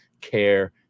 care